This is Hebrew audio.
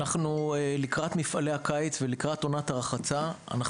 לקראת מפעלי הקיץ ולקראת עונת הרחצה אנחנו